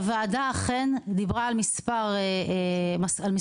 הוועדה אכן דיברה על מספר מסקנות,